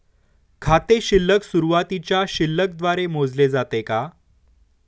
खाते शिल्लक सुरुवातीच्या शिल्लक द्वारे मोजले जाते का?